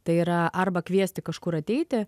tai yra arba kviesti kažkur ateiti